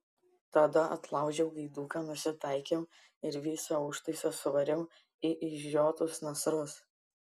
tada atlaužiau gaiduką nusitaikiau ir visą užtaisą suvariau į išžiotus nasrus